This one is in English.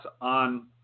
on